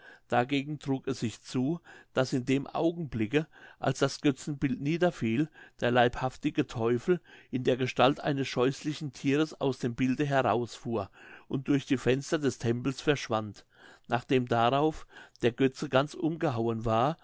dagegen trug es sich zu daß in dem augenblicke als das götzenbild niederfiel der leibhaftige teufel in der gestalt eines scheußlichen thieres aus dem bilde herausfuhr und durch die fenster des tempels entschwand nachdem darauf der götze ganz umgehauen war